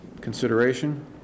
consideration